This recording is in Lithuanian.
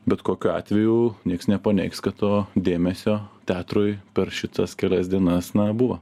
bet kokiu atveju nieks nepaneigs kad to dėmesio teatrui per šitas kelias dienas na buvo